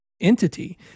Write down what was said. entity